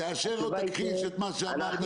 אמיר,